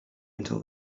until